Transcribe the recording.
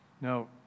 No